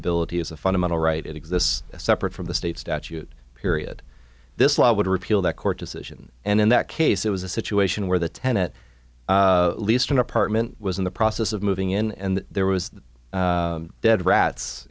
ability is a fundamental right it exists separate from the state statute period this law would repeal that court decision and in that case it was a situation where the ten at least an apartment was in the process of moving in and there was dead rats